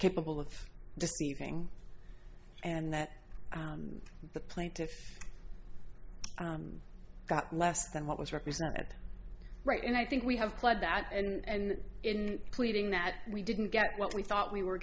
capable of deceiving and that the plaintiff got less than what was represented right and i think we have pled that and in pleading that we didn't get what we thought we were